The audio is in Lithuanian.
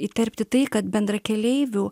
įterpti tai kad bendrakeleivių